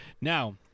Now